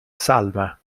salma